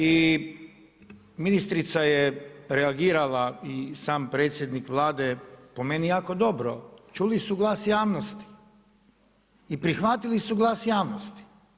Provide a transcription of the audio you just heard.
I ministrica je reagirala i sam predsjednik Vlade po meni jako dobro, čuli su glas javnosti i prihvatili su glas javnosti.